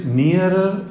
nearer